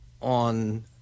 on